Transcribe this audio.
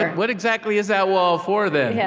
what exactly is that wall for, then? yeah